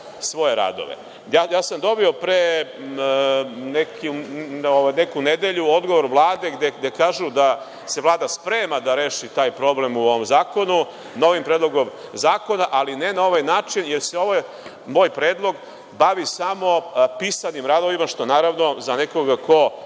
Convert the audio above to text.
svoje radove. Dobio sam pre neku nedelju odgovor Vlade, gde kažu da se Vlada sprema da reši taj problem u ovom zakonu novim predlogom zakona, ali ne na ovaj način, jer se ovaj moj predlog bavi samo pisanim radovima. Naravno, za nekoga ko